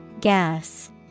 Gas